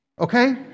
Okay